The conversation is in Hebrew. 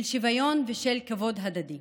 של שוויון ושל כבוד הדדי.